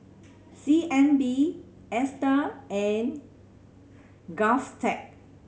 C N B Astar and GovTech